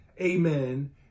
Amen